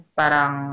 parang